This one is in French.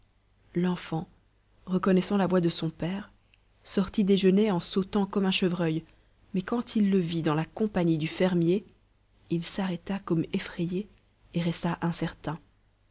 l'enfant reconnaissant la voix de son père sortit des genêts en sautant comme un chevreuil mais quand il le vit dans la compagnie du fermier il s'arrêta comme effrayé et resta incertain